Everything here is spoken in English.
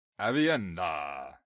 Avienda